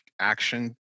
action